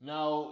Now